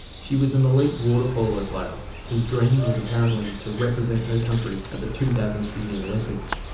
she was an elite water polo player whose dream was apparently to represent her country at the two thousand sydney olympics.